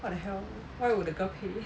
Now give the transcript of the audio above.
what the hell why would the girl pay